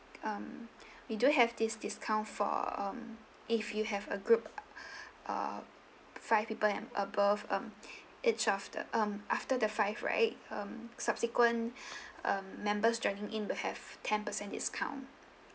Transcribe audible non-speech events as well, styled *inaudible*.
um we do have this discount for um if you have a group *breath* uh five people and above um *breath* each of the um after the five right um subsequent *breath* um members joining in will have ten percent discount